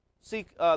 seek